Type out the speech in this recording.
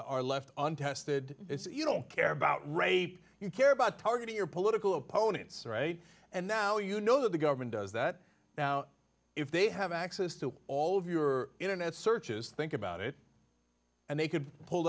are left on tested its you don't care about rape you care about targeting your political opponents right and now you know that the government does that now if they have access to all of your internet searches think about it and they could pull